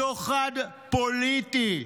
שוחד פוליטי.